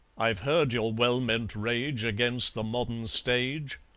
i've heard your well-meant rage against the modern stage.